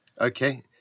Okay